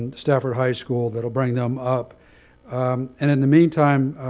and stafford high school, that will bring them up. and in the meantime,